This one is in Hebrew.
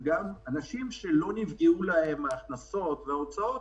אנשים שלא נפגעו להם ההכנסות וההוצאות,